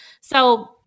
So-